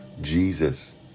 Jesus